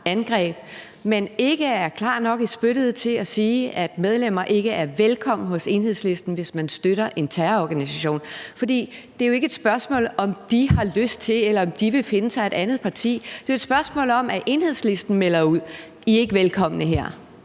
men ikke er klar nok i spyttet til at sige, at medlemmer ikke er velkomne hos Enhedslisten, hvis man støtter en terrororganisation. For det er jo ikke et spørgsmål om, om de har lyst til noget, eller om de vil finde sig et andet parti. Det er jo et spørgsmål om, at Enhedslisten melder ud, at de ikke er velkomne her.